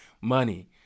money